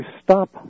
stop